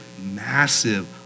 massive